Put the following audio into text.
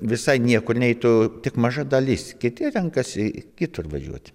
visai niekur neitų tik maža dalis kiti renkasi kitur važiuot